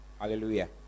Hallelujah